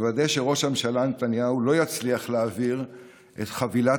לוודא שראש הממשלה נתניהו לא יצליח להעביר את חבילת